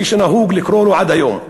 כפי שנהוג לקרוא לו עד היום.